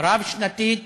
רב-שנתית